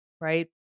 Right